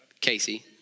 Casey